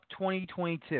2022